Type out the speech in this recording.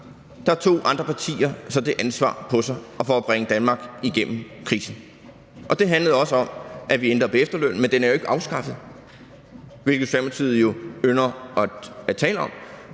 der tog andre partier så det ansvar på sig for at bringe Danmark igennem krisen, og det handlede også om, at vi ændrede på efterlønnen. Men den er jo ikke afskaffet, hvilket Socialdemokratiet ynder at tale om,